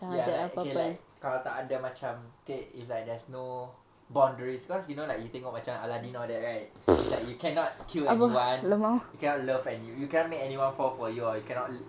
ya like okay like kalau tak ada macam K if like there's no boundaries because you know like macam you tengok aladdin all that right it's like you cannot kill anyone you cannot love and you can't make anyone fall for you or you cannot